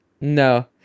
No